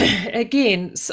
again